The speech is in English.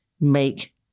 make